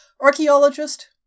archaeologist